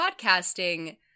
podcasting